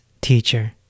teacher